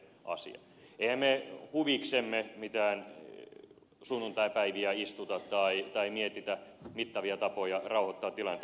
eihän me huviksemme mitään sunnuntaipäiviä istuta tai mietitä mittavia tapoja rauhoittaa tilannetta